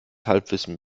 halbwissen